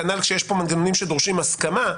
כנ"ל כשיש פה מנגנונים שדורשים הסכמה,